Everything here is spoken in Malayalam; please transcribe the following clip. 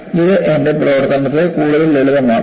ഇത് എന്റെ പ്രവർത്തനത്തെ കൂടുതൽ ലളിതമാക്കുന്നു